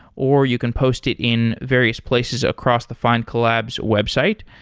or you can post it in various places across the findcollabs website.